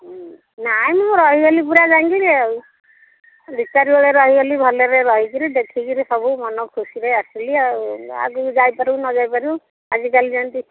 ନାଇ ମୁଁ ରହିଗଲି ପୁରା ଯାଇକିରି ଆଉ ଦୁଇ ଚାରିବେଳ ରହିଗଲି ଭଲରେ ରହିକିରି ଦେଖିକିରି ସବୁ ମନ ଖୁସିରେ ଆସିଲି ଆଉ ଆଗକୁ ଯାଇପାରିବୁ ନ ଯାଇପାରିବୁ ଆଜିକାଲି ଯେମିତି